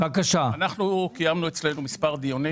אנחנו קיימנו אצלנו מספר דיונים.